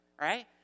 right